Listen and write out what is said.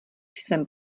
jsem